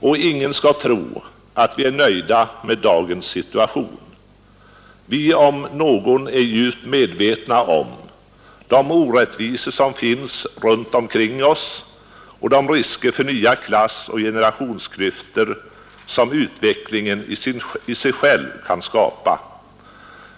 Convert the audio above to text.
Och ingen skall tro att vi är nöjda med dagens situation. Vi om några är djupt medvetna om de orättvisor som finns runt omkring oss och de risker för nya klassoch generationsklyftor som utvecklingen i sig själv kan skapa.